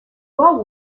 well